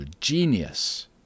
genius